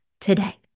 today